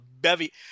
bevy